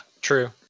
true